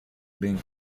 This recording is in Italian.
ben